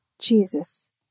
Jesus